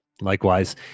Likewise